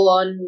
on